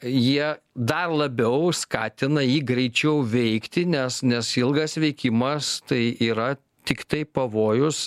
jie dar labiau skatina jį greičiau veikti nes nes ilgas veikimas tai yra tiktai pavojus